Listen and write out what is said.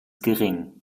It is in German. gering